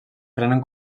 prenen